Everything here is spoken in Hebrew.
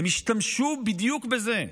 הם השתמשו בדיוק בזה,